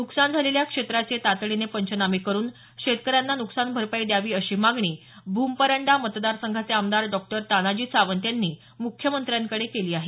नुकसान झालेल्या क्षेत्राचे तातडीने पंचनामे करून शेतकऱ्यांना नुकसान भरपाई द्यावी अशी मागणी भूम परंडा मतदारसंघाचे आमदार डॉक्टर तानाजी सावंत यांनी मुख्यमंत्र्यांकडे केली आहे